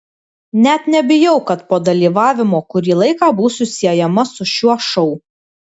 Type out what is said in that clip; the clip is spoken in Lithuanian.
net nebijau kad po dalyvavimo kurį laiką būsiu siejama su šiuo šou